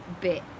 bit